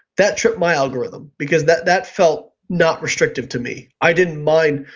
that tripped my algorithm because that that felt not restrictive to me. i didn't mind,